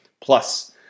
plus